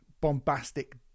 bombastic